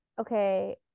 okay